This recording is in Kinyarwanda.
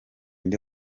nde